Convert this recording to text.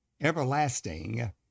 everlasting